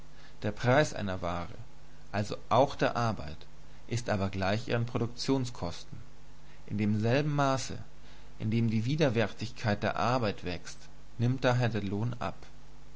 der preis einer ware also auch der arbeit ist aber gleich ihren produktionskosten in demselben maße in dem die widerwärtigkeit der arbeit wächst nimmt daher der lohn ab